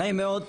נעים מאוד.